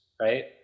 right